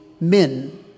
men